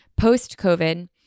Post-COVID